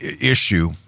issue